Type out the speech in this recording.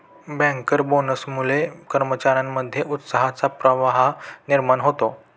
banker बोनसमुळे कर्मचार्यांमध्ये उत्साहाचा प्रवाह निर्माण होतो